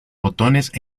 botones